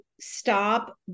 stop